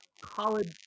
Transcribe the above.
college